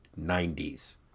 90s